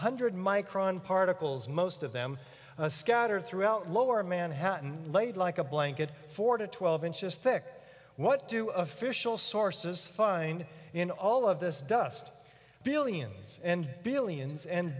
hundred micron particles most of them scattered throughout lower manhattan laid like a blanket four to twelve inches thick what do official sources find in all of this dust billions and billions and